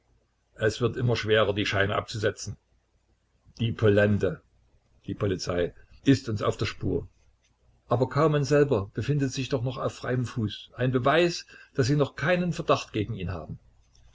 es wird immer schwerer die scheine abzusetzen die polente polizei ist uns auf der spur aber kaumann selber befindet sich doch noch auf freiem fuß ein beweis daß sie noch keinen verdacht gegen ihn haben